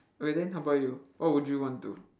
okay then how about you what would you want to